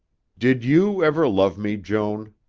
did you ever love me, joan?